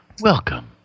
Welcome